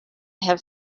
have